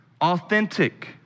authentic